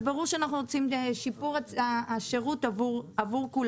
אז ברור שאנחנו רוצים שיהיה שיפור שירות עבור כולם.